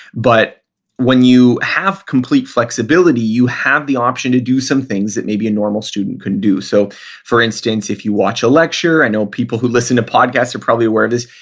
but when you have complete flexibility, you have the option to do some things that maybe a normal student couldn't do. so for instance, if you watch a lecture, i know people who listen to podcasts are probably aware of this,